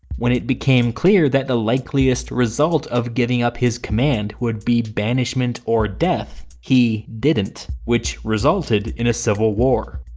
when it became clear that the likely so result of giving up his command would be banishment or death, he. didn't, which resulted in a civil war.